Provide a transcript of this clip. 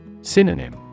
Synonym